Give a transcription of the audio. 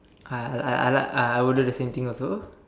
uh I I I I I would do the same thing also